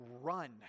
run